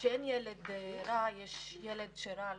אין ילד רע, יש ילד שרע לו.